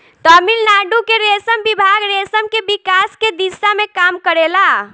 तमिलनाडु के रेशम विभाग रेशम के विकास के दिशा में काम करेला